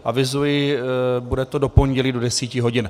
Avizuji, bude to do pondělí do 10 hodin.